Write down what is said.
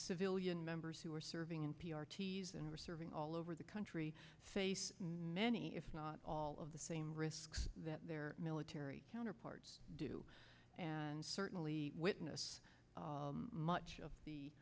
civilian members who are serving in p r ts and are serving all over the country say many if not all of the same risks that their military counterparts do and certainly witness much of the